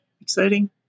Exciting